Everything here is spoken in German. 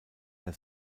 der